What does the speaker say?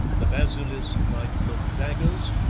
the basilisk might look daggers,